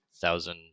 thousand